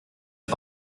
pas